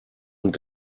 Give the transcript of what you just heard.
und